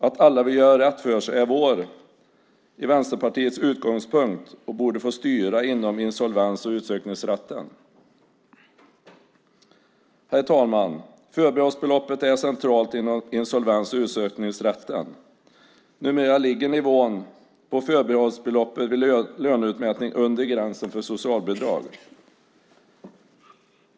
Att alla vill göra rätt för sig är vår utgångspunkt i Vänsterpartiet och borde få styra inom insolvens och utsökningsrätten. Herr talman! Förbehållsbeloppet är centralt inom insolvens och utsökningsrätten. Numera ligger nivån på förbehållsbeloppet vid löneutmätning under gränsen för socialbidrag.